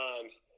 times